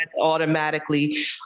automatically